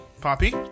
Poppy